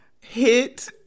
hit